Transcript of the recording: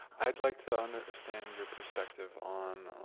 i'd like to understand your perspective on